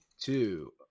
two